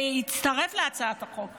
ויצטרף להצעת החוק.